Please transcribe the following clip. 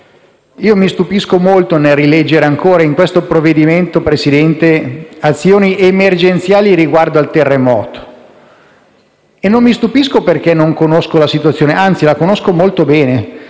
Mi stupisco molto nel rileggere ancora, in questo provvedimento, signora Presidente, di azioni emergenziali riguardo al terremoto. E non mi stupisco perché non conosco la situazione, anzi, la conosco molto bene;